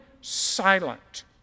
silent